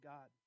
God